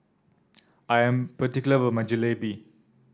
I am particular about my Jalebi